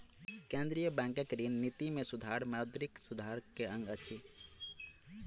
केंद्रीय बैंकक ऋण निति में सुधार मौद्रिक सुधार के अंग अछि